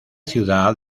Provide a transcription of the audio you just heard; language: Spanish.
ciudad